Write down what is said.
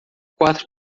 quatro